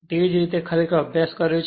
તેથી જે રીતે ખરેખર અભ્યાસ કર્યો છે